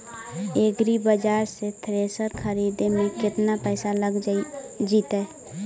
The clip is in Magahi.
एग्रिबाजार से थ्रेसर खरिदे में केतना पैसा लग जितै?